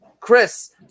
Chris